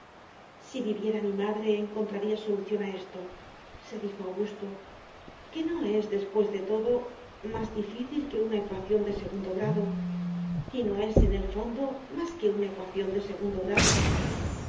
si viviera mi madre encontraría solución a estose dijo augusto que no es después de todo más difícil que una ecuación de segundo grado y no es en el fondo más que una ecuación de segundo grado